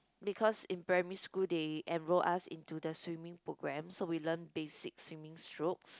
because in primary school they enroll us into the swimming programme so we learn basic swimming strokes